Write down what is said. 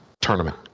tournament